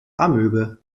amöbe